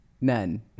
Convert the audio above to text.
None